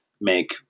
make